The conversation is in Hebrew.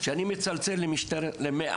כשאני מצלצל ל-100